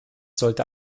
sollte